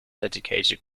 dedicated